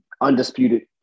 undisputed